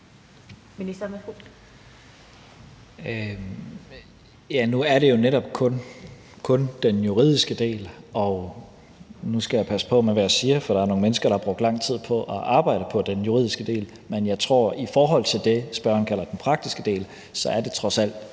Nu er det jo netop kun den juridiske del – og nu skal jeg passe på med, hvad jeg siger, for der er nogle mennesker, der har brugt lang tid på at arbejde på den juridiske del. Men jeg tror, at i forhold til det, spørgeren kalder den praktiske del, er det trods alt